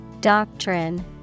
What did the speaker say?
Doctrine